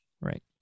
Right